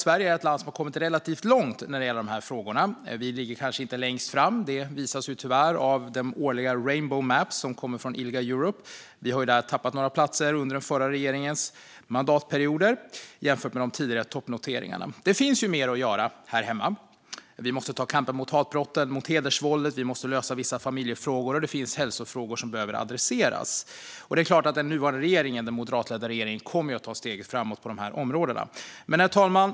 Sverige är ett land som har kommit relativt långt när det gäller de här frågorna. Vi ligger kanske inte längst fram - det framgår tyvärr av ILGA Europes årliga rainbow map, där vi tappade några placeringar under den förra regeringens mandatperioder jämfört med tidigare toppnoteringar. Det finns alltså mer att göra här hemma. Vi måste ta kampen mot hatbrotten och hedersvåldet och lösa vissa familjefrågor, och det finns hälsofrågor som behöver adresseras. Det är klart att den nuvarande, moderatledda regeringen kommer att ta steg framåt på de här områdena. Herr talman!